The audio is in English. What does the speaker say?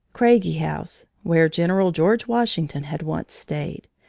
craigie house, where general george washington had once stayed.